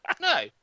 No